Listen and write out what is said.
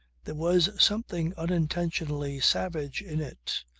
there was something unintentionally savage in it.